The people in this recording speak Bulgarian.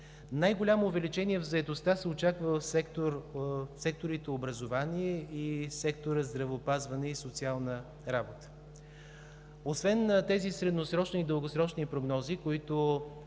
Най-голямо увеличение в заетостта се очаква в секторите „Образование“ и сектор „Здравеопазване и социална работа“. Освен тези средносрочни и дългосрочни прогнози, които